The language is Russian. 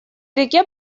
реке